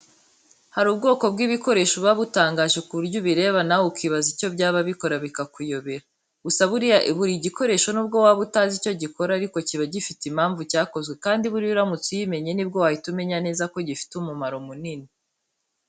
Hari ubwoko bw'ibikoresho buba butangaje ku buryo ubireba nawe ukibaza icyo byaba bikora bikakuyobera. Gusa buriya buri gikoresho nubwo waba utazi icyo gikora ariko kiba gifite impamvu cyakozwe kandi buriya uramutse uyimenye nibwo wahita umenya neza ko gifite umumaro munini.